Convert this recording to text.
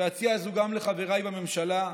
ואציע זאת גם לחבריי בממשלה,